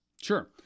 sure